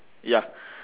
ya